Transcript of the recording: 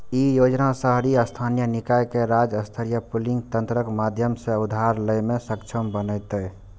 ई योजना शहरी स्थानीय निकाय कें राज्य स्तरीय पूलिंग तंत्रक माध्यम सं उधार लै मे सक्षम बनेतै